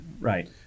Right